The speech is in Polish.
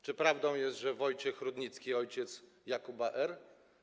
Czy prawdą jest, że Wojciech Rudnicki, ojciec Jakuba R.